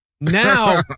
now